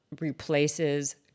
replaces